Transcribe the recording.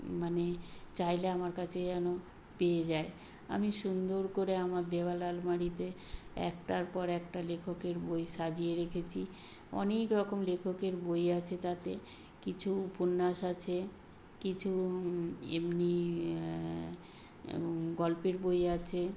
মানে চাইলে আমার কাছে যেন পেয়ে যায় আমি সুন্দর করে আমার দেওয়াল আলমারিতে একটার পর একটা লেখকের বই সাজিয়ে রেখেছি অনেকরকম লেখকের বই আছে তাতে কিছু উপন্যাস আছে কিছু এমনি গল্পের বই আছে